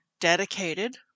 dedicated